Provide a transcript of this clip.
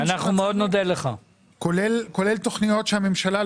כולל תכניות של הממשלה.